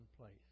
place